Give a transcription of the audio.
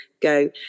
go